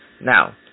Now